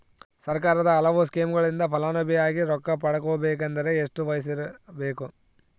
ಸರ್ಕಾರದ ಹಲವಾರು ಸ್ಕೇಮುಗಳಿಂದ ಫಲಾನುಭವಿಯಾಗಿ ರೊಕ್ಕ ಪಡಕೊಬೇಕಂದರೆ ಎಷ್ಟು ವಯಸ್ಸಿರಬೇಕ್ರಿ?